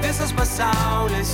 visas pasaulis